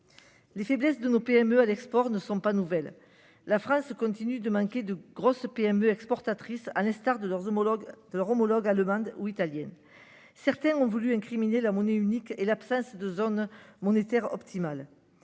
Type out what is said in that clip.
Les faiblesses de nos PME à l'export ne sont pas nouvelles. La France continue de manquer de grosses PME exportatrices, à l'instar de leurs homologues de leur homologue allemande ou italienne. Certains ont voulu incriminer la monnaie unique et l'absence de zone monétaire optimale,